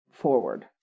Forward